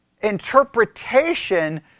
interpretation